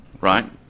right